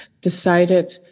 decided